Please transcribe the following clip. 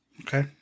Okay